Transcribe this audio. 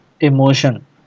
emotion